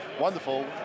wonderful